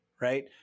Right